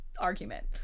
argument